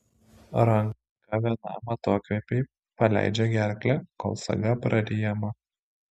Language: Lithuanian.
ranka vienam atokvėpiui paleidžia gerklę kol saga praryjama